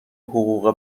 حقوق